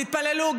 תתפללו.